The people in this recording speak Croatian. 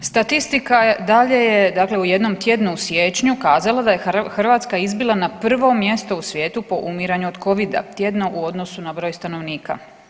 Statistika dalje je, dakle u jednom tjednu u siječnju kazala da je hrvatska izbila na prvo mjesto u svijetu po umiranju od covida tjedno u odnosu na broj stanovnika.